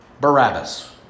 Barabbas